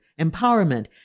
empowerment